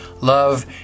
love